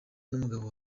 n’umugabo